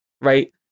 right